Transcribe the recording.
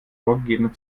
vorgegebenen